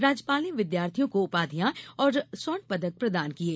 राज्यपाल ने विद्यार्थियों को उपाधियां और स्वर्णपदक प्रदान किये